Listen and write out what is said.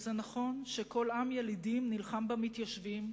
וזה נכון: "כל עם ילידים נלחם במתיישבים,